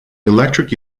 electric